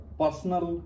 personal